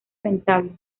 rentable